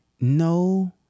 No